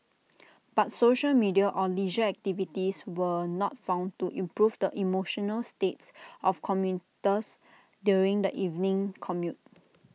but social media or leisure activities were not found to improve the emotional states of commuters during the evening commute